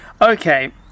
okay